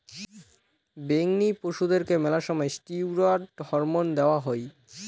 বেঙনি পশুদেরকে মেলা সময় ষ্টিরৈড হরমোন দেওয়া হই